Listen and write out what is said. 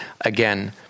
again